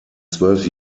zwölf